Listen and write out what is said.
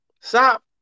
stop